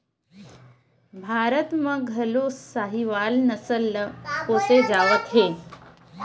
भारत म घलो साहीवाल नसल ल पोसे जावत हे